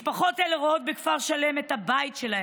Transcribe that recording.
משפחות אלה רואות בכפר שלם את הבית שלהן,